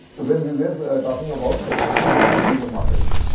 when we were talking about segmenting the consumer markets.